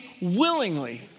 willingly